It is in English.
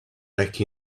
back